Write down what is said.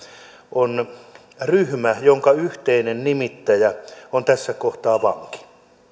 on ryhmä jonka yhteinen nimittäjä on tässä kohtaa vanki